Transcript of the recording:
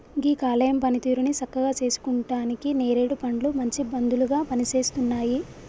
గీ కాలేయం పనితీరుని సక్కగా సేసుకుంటానికి నేరేడు పండ్లు మంచి మందులాగా పనిసేస్తున్నాయి